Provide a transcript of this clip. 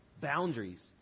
boundaries